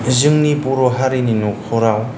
जोंनि बर' हारिनि न'खराव